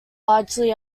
largely